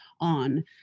on